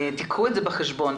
קחו את זה בחשבון.